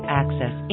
access